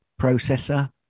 processor